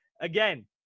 Again